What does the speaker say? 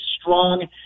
strong